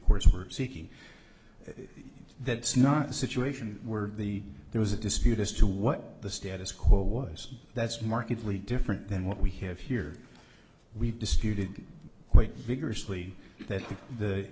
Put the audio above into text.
courts were seeking that's not a situation where the there was a dispute as to what the status quo was that's markedly different than what we have here we disputed quite vigorously that the